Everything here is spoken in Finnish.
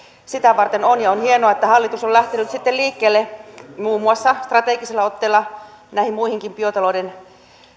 sitä varten on ja on hienoa että hallitus on lähtenyt sitten liikkeelle muun muassa strategisella otteella näihin muihinkin biotalouden